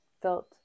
felt